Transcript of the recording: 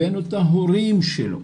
הבאנו את ההורים שלו,